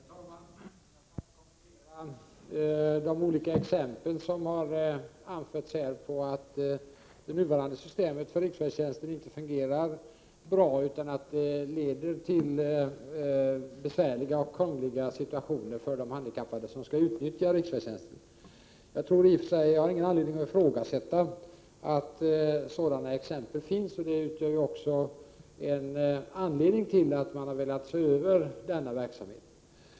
Herr talman! Jag skall inte kommentera de olika exempel som har anförts här i dag om att det nuvarande systemet för riksfärdtjänsten inte fungerar bra, utan leder till besvärliga och krångliga situationer för de handikappade som skall utnyttja riksfärdtjänsten. Jag har ingen anledning att ifrågasätta att sådana exempel finns, och de utgör också en anledning till att man har velat se över denna verksamhet.